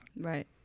Right